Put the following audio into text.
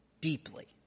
deeply